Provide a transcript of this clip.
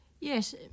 Yes